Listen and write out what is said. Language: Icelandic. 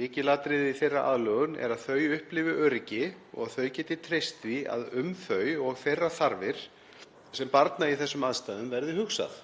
Lykilatriði í þeirra aðlögun er að þau upplifi öryggi og að þau geti treyst því að um þau og þeirra þarfir sem barna í þessum aðstæðum verði hugsað.